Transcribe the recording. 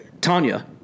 Tanya